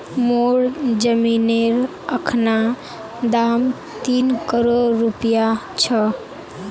मोर जमीनेर अखना दाम तीन करोड़ रूपया छ